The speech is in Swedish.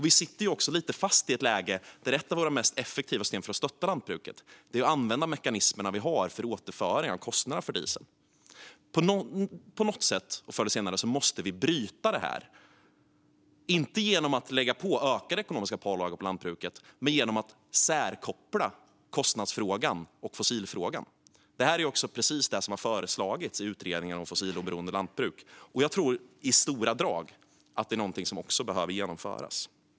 Vi sitter fast i ett läge där ett av våra mest effektiva system för att stötta lantbruket är att använda de mekanismer vi har för återföring av kostnaderna för diesel. På något sätt måste vi förr eller senare bryta detta, inte genom att lägga fler ekonomiska pålagor på lantbruket utan genom att särkoppla kostnadsfrågan och fossilfrågan. Det är precis detta som föreslås av utredningen Ett fossiloberoende jordbruk. Jag tror att det är något som också behöver genomföras i stora drag.